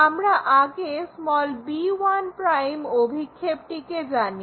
আমরা আগে b1' অভিক্ষেপটিকে জানি